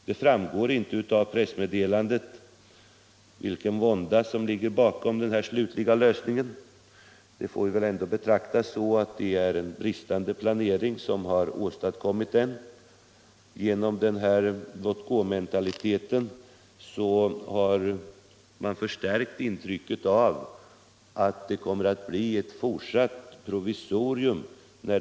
Det framgår inte av pressmeddelandet vilken vånda som ligger bakom den här slutliga lösningen. Men vi får väl anse att det är en bristande planering som har åstadkommit den; genom regeringens låt-gå-mentalitet har intrycket förstärkts av att flyget på Arlanda kommer att bli ett fortsatt provisorium.